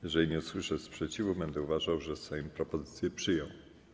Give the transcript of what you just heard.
Jeżeli nie usłyszę sprzeciwu, będę uważał, że Sejm propozycję przyjął.